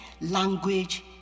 language